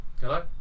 Hello